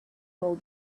told